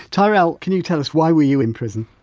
tyrell, can you tell us why were you in prison?